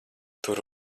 tur